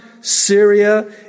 Syria